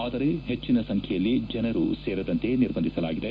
ಆದರೆ ಹೆಚ್ಚಿನ ಸಂಖ್ಯೆಯಲ್ಲಿ ಜನರು ಸೇರದಂತೆ ನಿರ್ಬಂಧಿಸಲಾಗಿದೆ